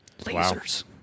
Lasers